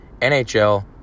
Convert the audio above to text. NHL